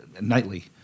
nightly